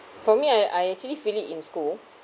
for me I I actually feel it in school